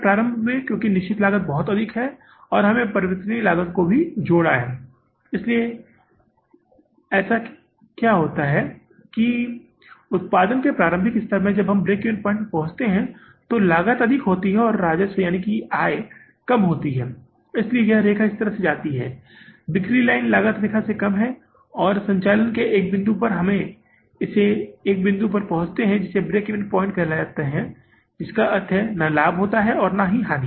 प्रारंभ में क्योंकि निश्चित लागत बहुत अधिक है और हमने परिवर्तनीय लागत को भी जोड़ा है इसलिए ऐसा क्या होता है कि उत्पादन के प्रारंभिक स्तर में जब यह ब्रेक इवन पॉइंट्स पर पहुँचता है तब तक लागत अधिक होती है और राजस्व कम होता है इसलिए यह रेखा इस तरह से जा रही है बिक्री लाइन लागत रेखा से कम है और संचालन के एक बिंदु पर हम इसे एक बिंदु पर पहुंचते हैं जिसे ब्रेक इवन पॉइंट्स कहा जाता है जिसका अर्थ है न लाभ होता है न हानि